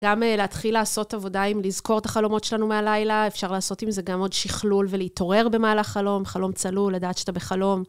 גם להתחיל לעשות עבודה עם לזכור את החלומות שלנו מהלילה, אפשר לעשות עם זה גם עוד שכלול ולהתעורר במהלך חלום, חלום צלול, לדעת שאתה בחלום.